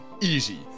easy